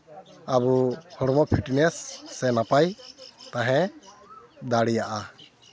ᱟᱵᱚ ᱦᱚᱲᱢᱚ ᱯᱷᱤᱴᱱᱮᱥ ᱥᱮ ᱱᱟᱯᱟᱭ ᱛᱟᱦᱮᱸ ᱫᱟᱲᱮᱭᱟᱜᱼᱟ